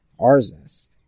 Arzest